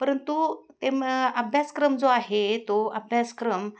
परंतु ते मग अभ्यासक्रम जो आहे तो अभ्यासक्रम